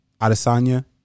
Adesanya